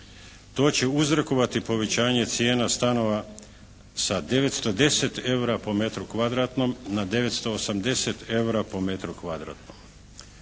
To će uzrokovati povećanje cijena stanova sa 910 EUR-a po kvadratnom na 980 EUR-a po metru kvadratnom.